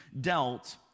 dealt